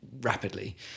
Rapidly